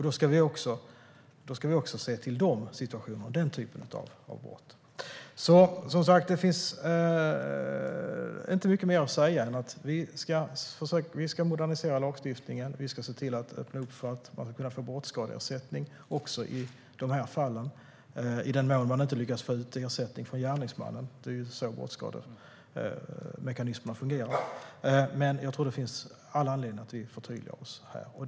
Då ska man även se till den typen av brott. Det finns inte mycket mer att säga än att vi ska modernisera lagstiftningen. Vi ska öppna upp för att få brottsskadeersättning också i de här fallen, i den mån den som drabbats inte lyckas få ut ersättning av gärningsmannen. Det är så brottsskademekanismen fungerar. Jag tror att det finns anledning för oss att förtydliga dessa frågor.